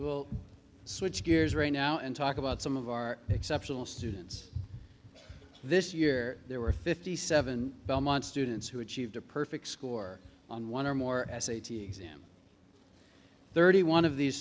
we'll switch gears right now and talk about some of our exceptional students this year there were fifty seven belmont students who achieved a perfect score on one or more s a t exam thirty one of these